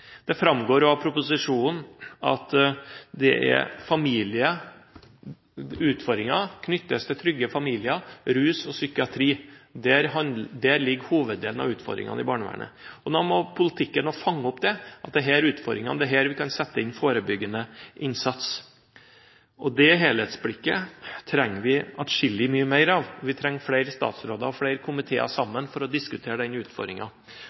Det framgår også av proposisjonen at utfordringer knyttes til utrygge familieforhold, rus og psykiatri. Der ligger hoveddelen av utfordringene i barnevernet. Da må politikken også fange opp det, at det er her utfordringene er, at det er her vi kan sette inn forebyggende innsats. Det helhetsblikket trenger vi atskillig mye mer av. Vi trenger flere statsråder og flere komiteer som sammen diskuterer den